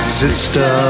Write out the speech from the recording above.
sister